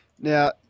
Now